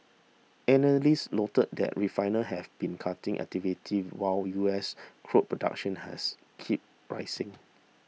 analysts noted that refiners have been cutting activity while U S crude production has keep rising